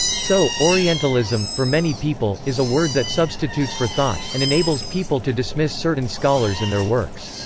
so, orientalism, for many people, is a word that substitutes for thought, and enables people to dismiss certain scholars and their works.